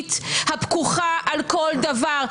הציבורית הפקוחה על כל דבר.